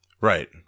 Right